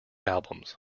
albums